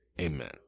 amen